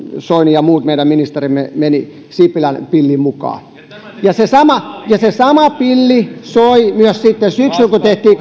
soini ja muut meidän ministerimme menivät sipilän pillin mukaan se sama pilli soi myös sitten syksyllä kun tehtiin